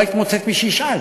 לא היית מוצאת מי שישאל.